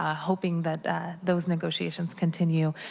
ah hoping that those negotiations continue,